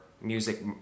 music